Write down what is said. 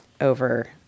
over